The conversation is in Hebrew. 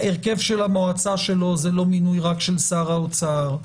ההרכב של המועצה שלו זה לא מינוי רק של שר האוצר,